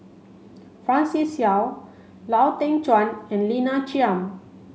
Francis Seow Lau Teng Chuan and Lina Chiam